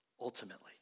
ultimately